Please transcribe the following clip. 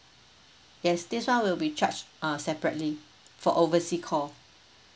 yes this one will be charged uh separately for oversea call